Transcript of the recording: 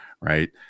Right